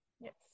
Yes